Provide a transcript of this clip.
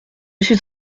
suis